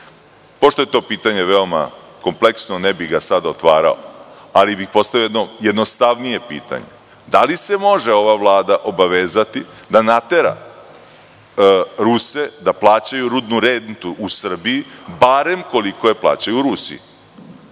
Pošto je to pitanje veoma kompleksno, ne bih ga sada otvarao, ali bih postavio jedno jednostavnije pitanje. Da li se može ova Vlada obavezati da natera Ruse da plaćaju rudnu rentu u Srbiji, barem koliko je plaćaju Rusi?